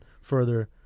further